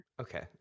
Okay